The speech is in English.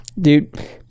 dude